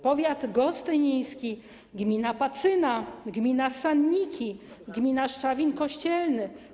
Powiat gostyniński, gmina Pacyna, gmina Sanniki, gmina Szczawin Kościelny.